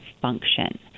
function